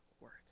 work